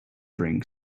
bring